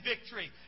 victory